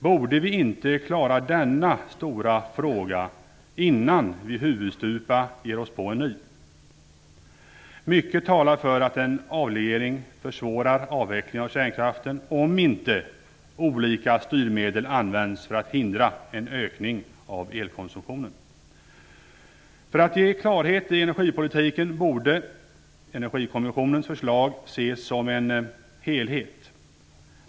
Borde vi inte klara av denna stora fråga innan vi huvudstupa ger oss in på en ny? Mycket talar för att en avreglering försvårar avvecklingen av kärnkraften, om inte olika styrmedel används för att hindra en ökning av elkonsumtionen. För att få klarhet i energipolitiken borde Energikommissionens förslag ses som en helhet.